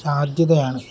സാധ്യതയാണ്